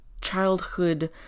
childhood